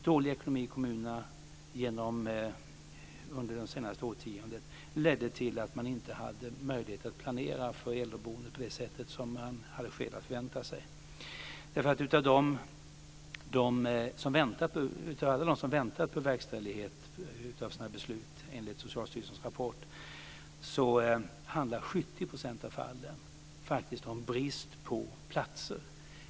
Dålig ekonomi i kommunerna under det senaste årtiondet ledde till att man inte hade möjlighet att planera för äldreboendet på det sätt som man hade skäl att förvänta sig. När det gäller alla dem som väntar på verkställighet av sina beslut, enligt Socialstyrelsens rapport, handlar 70 % av fallen om brist på platser.